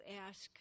ask